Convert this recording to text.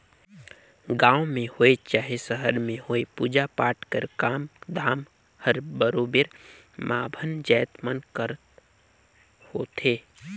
गाँव में होए चहे सहर में होए पूजा पाठ कर काम धाम हर बरोबेर बाभन जाएत मन कर होथे